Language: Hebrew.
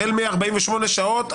החל מ-48 שעות,